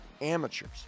amateurs